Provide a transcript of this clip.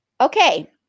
okay